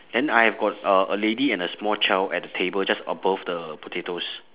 then I have got uh a lady and a small child at the table just above the potatoes